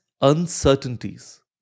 uncertainties